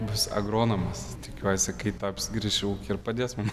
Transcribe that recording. bus agronomas tikiuosi kai taps grįš į ūkį ir padės mum